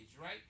right